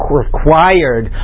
required